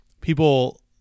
people